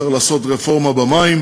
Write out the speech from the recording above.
צריך לעשות רפורמה במים,